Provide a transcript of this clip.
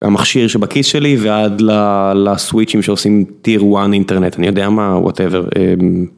המכשיר שבכיס שלי ועד לסוויצ'ים שעושים טיר 1 אינטרנט אני יודע מה, ווט אבר.